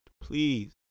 Please